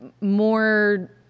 more